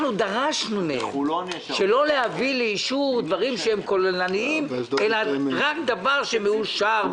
אנחנו דרשנו מהם לא להביא לאישור דברים שהם כוללניים אלא רק דבר שמאושר.